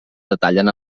detallen